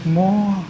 more